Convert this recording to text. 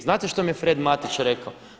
Znate što mi je Fred Matić rekao?